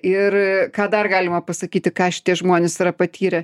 ir ką dar galima pasakyti ką šitie žmonės yra patyrę